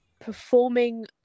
performing